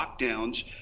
lockdowns